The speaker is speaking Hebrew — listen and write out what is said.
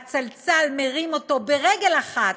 הצלצל מרים אותו ברגל אחת,